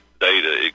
data